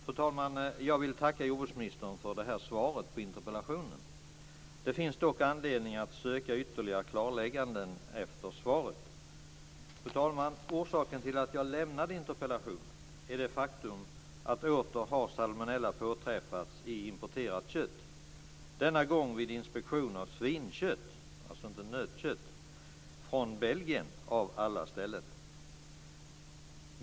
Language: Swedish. Fru talman! Jag vill tacka jordbruksministern för svaret på interpellationen. Det finns dock anledning att söka ytterligare klarlägganden. Orsaken till att jag framlade interpellationen är det faktum att salmonella återigen har påträffats i importerat kött. Denna gång har det påträffats vid inspektion av svinkött, alltså inte nötkött - från Belgien av alla ställen.